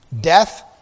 Death